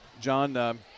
John